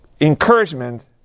encouragement